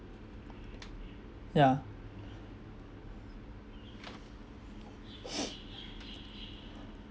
yeah